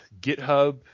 GitHub